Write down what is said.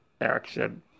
action